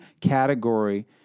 category